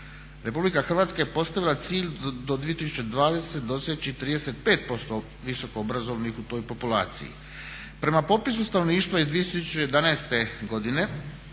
Republika Hrvatska je postavila cilj do 2020. doseći 35% visokoobrazovanih u toj populaciji. Prema popisu stanovništva iz 2011. godine